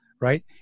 Right